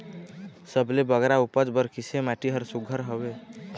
सबले बगरा उपज बर किसे माटी हर सुघ्घर हवे?